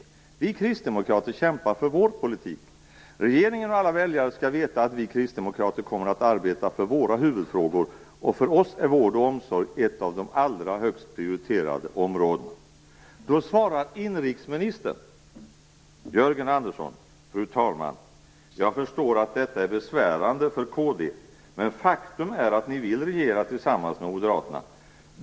Vi kristdemokrater kämpar för vår politik. Regeringen och alla väljare skall veta att vi kristdemokrater kommer att arbeta för våra huvudfrågor, och för oss är vård och omsorg ett av de allra högst prioriterade områdena." Då svarade inrikesminister Jörgen Andersson: "Fru talman! Jag förstår att detta är besvärande för kd, men faktum är att ni vill regera tillsammans med moderaterna.